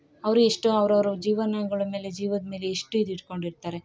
ಅವರು ಎಷ್ಟು ಅವ್ರವರು ಜೀವನಗಳ ಮೇಲೆ ಜೀವದ ಮೇಲೆ ಎಷ್ಟು ಇದು ಇಟ್ಕೊಂಡಿರ್ತಾರೆ